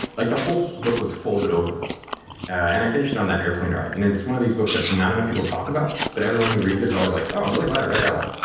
like the whole book was folded over and i finished it on that airplane ride. and it's one of these books that not enough people talk about, but everyone who reads it is always like oh, i'm really glad i read that one.